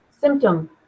symptom